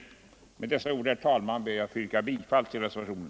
Med dessa ord, herr talman, ber jag att få yrka bifall till reservationen.